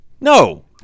No